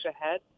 ahead